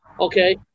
okay